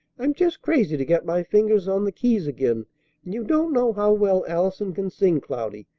i'm just crazy to get my fingers on the keys again, and you don't know how well allison can sing, cloudy.